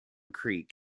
creek